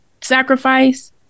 sacrifice